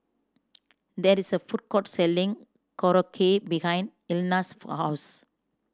there is a food court selling Korokke behind Elna's house